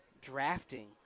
drafting